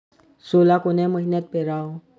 सोला कोन्या मइन्यात पेराव?